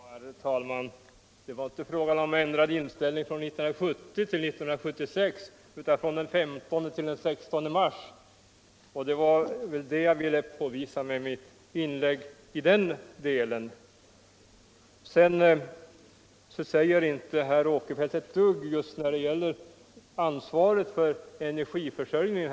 Herr talman! Det var inte fråga om en ändring i inställningen från 1970 till 1976 utan från den 15 till den 16 mars, och det var det jag ville påvisa med mitt inlägg i den delen. Vidare säger inte herr Åkerfeldt ett dugg om ansvaret för energiförsörjningen.